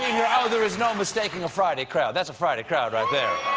there is mow mistaking a friday crowd. that's a friday crowd right there.